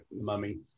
mummy